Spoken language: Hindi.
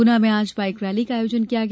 गुना में आज बाइक रैली का आयोजन किया गया